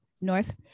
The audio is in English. north